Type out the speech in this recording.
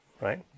right